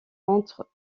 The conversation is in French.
entre